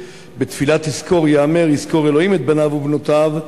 שבתפילת "יזכור" ייאמר: "יזכור אלוהים את בניו ובנותיו",